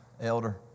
elder